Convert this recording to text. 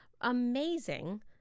amazing